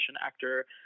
actor